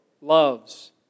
loves